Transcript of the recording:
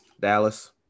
Dallas